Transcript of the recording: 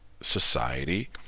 society